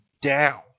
down